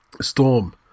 Storm